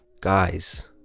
guys